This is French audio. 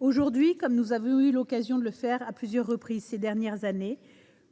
Aujourd’hui, comme nous avons eu l’occasion de le faire à plusieurs reprises ces dernières années,